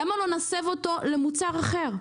למה שלא נסב אותו למוצר אחר?